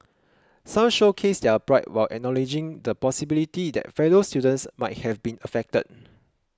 some showcased their pride while acknowledging the possibility that fellow students might have been affected